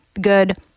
good